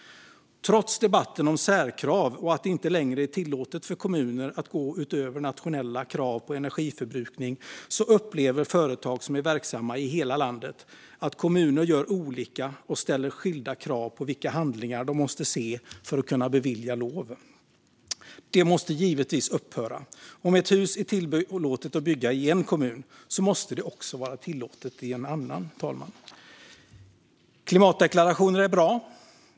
Trots debatten om särkrav och att det inte längre är tillåtet för kommuner att gå utöver nationella krav på energiförbrukning upplever företag som är verksamma i hela landet att kommuner gör olika och ställer skilda krav på vilka handlingar de måste se för att kunna bevilja bygglov. Det måste givetvis upphöra. Om ett hus är tillåtet att bygga i en kommun måste det också vara tillåtet i en annan, fru talman. Klimatdeklarationer är bra.